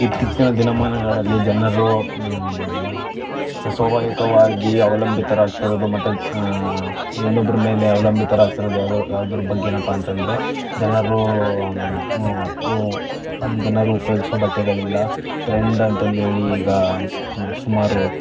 ಇತ್ತೀಚಿನ ದಿನಮಾನಗಳಲ್ಲಿ ಜನರು ಸ್ವಾಭಾವಿಕವಾಗಿ ಅವಲಂಬಿತರಾಗ್ತಿರೋದು ಮತ್ತೆ ಇನ್ನೊಬ್ಬರ ಮೇಲೆ ಅವಲಂಬಿತರಾಗ್ತಿರೋದು ಯಾವುದು ಯಾವುದರ ಬಗ್ಗೇನಪ್ಪ ಅಂತಂದರೆ ಜನರು ಜನರು ಉಪಯೋಗಿಸುವ ಬಟ್ಟೆಗಳಿಂದ ಟ್ರೆಂಡ್ ಅಂತಂದೇಳಿ ಈಗ ಸುಮಾರು